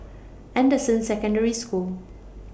Anderson Secondary School